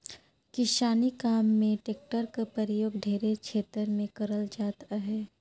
किसानी काम मे टेक्टर कर परियोग ढेरे छेतर मे करल जात अहे